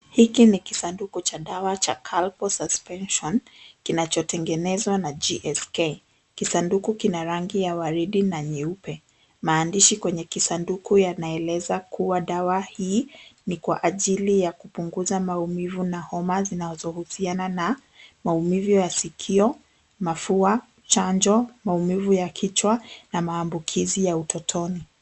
Hiki ni kisanduku cha dawa cha Calpol suspension kinachotengenezwa na GSK . Kisanduku kina rangi ya waridi na nyeupe. Maandishi kwenye kisanduku yanaeleza kuwa dawa hii ni kwa ajili ya kupunguza maumivu na homa zinazohusiana na maumivu ya sikio, mafua, chanjo, maumivu ya kichwa na maambukizi ya utotoni.